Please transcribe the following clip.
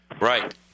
Right